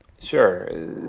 Sure